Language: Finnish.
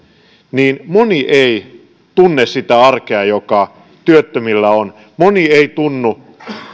että moni ei tunne sitä arkea joka työttömillä on moni ei tunnu